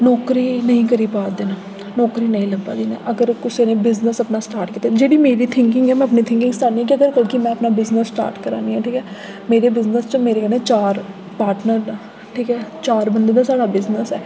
नौकरी नेईं करी पा दे न नौकरी नेईं लब्भै दी ऐ ते अगर कुसै नै बिजनेस अपना स्टार्ट कीते दा जेह्ड़ी मेरी थिंकिंग ऐ ते में अपना बिजनेस स्टार्ट करै नी ऐ ठीक ऐ मेरे बिजनेस च मेरे कन्नै चार पार्टनर न ठीक ऐ चार बंदे दा साढ़ा बिजनेस ऐ